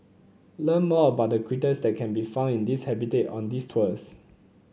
learn more about the critters that can be found in this habitat on these tours